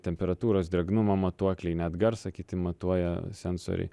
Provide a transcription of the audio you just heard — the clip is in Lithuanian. temperatūros drėgnumo matuokliai net garsą kiti matuoja sensoriai